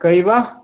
ꯀꯩꯕ